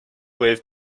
wave